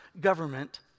government